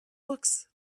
books